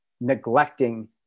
neglecting